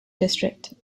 district